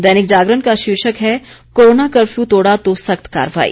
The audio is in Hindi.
दैनिक जागरण का शीर्षक है कोरोना कफर्यू तोड़ा तो सख्त कार्रवाई